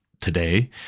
today